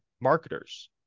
marketers